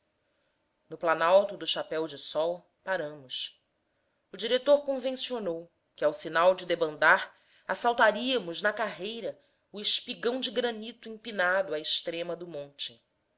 no planalto do chapéu de sol paramos o diretor convencionou que ao sinal de debandar assaltaríamos na carreira o espigão de granito empinado à extrema do monte